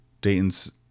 Dayton's